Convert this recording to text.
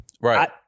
right